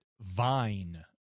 vine